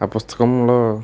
ఆ పుస్తకములో